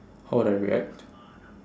how would I react